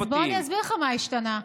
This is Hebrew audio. אז בוא אסביר לך מה השתנה: